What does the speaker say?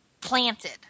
planted